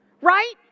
right